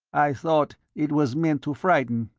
i thought it was meant to frighten.